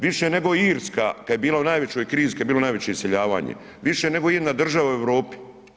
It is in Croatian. Više nego Irska kad je bila u najvećoj krizi, kad je bilo najveće iseljavanje, više nego ijedna država u Europi.